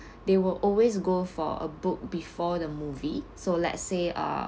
they will always go for a book before the movie so let's say uh